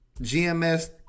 GMS